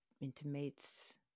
intimates